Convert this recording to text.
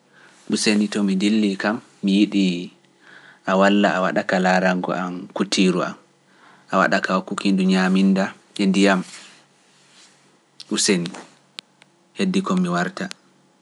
Useni to mi dilli kam mi yiɗi a walla a waɗaka laarangu am kutiru am, a waɗaka kukindu ñaminda e ndiyam, useni heddi komi warta.